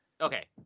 okay